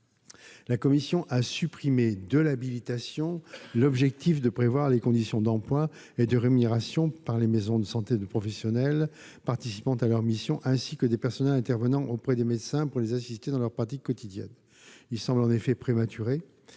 la commission a supprimé de l'habilitation l'objectif de prévoir les conditions d'emploi et de rémunération par les maisons de santé de professionnels participant à leur mission, ainsi que des personnels intervenant auprès des médecins pour les assister dans leur pratique quotidienne. Il semble, en effet, prématuré